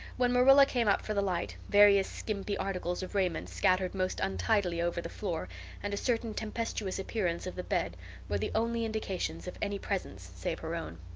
when marilla came up for the light various skimpy articles of raiment scattered most untidily over the floor and a certain tempestuous appearance of the bed were the only indications of any presence save her own.